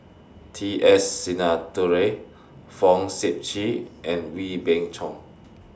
T S Sinnathuray Fong Sip Chee and Wee Beng Chong